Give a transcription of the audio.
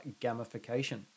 gamification